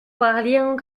parlions